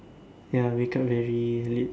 ya wake up very late